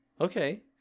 Okay